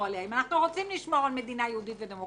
אם אנחנו רוצים לשמור על מדינה יהודית ודמוקרטית,